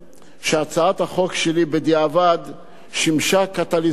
שימשה קטליזטור לקידום החקיקה הממשלתית.